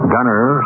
Gunner